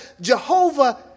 Jehovah